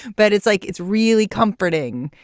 but it's like it's really comforting.